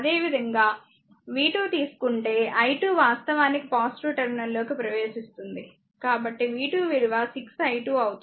అదేవిధంగా v2 తీసుకుంటే i2 వాస్తవానికి పాజిటివ్ టెర్మినల్లోకి ప్రవేశిస్తుంది కాబట్టి v2 విలువ 6 i2 అవుతుంది